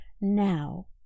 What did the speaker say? Now